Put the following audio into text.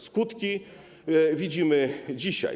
Skutki widzimy dzisiaj.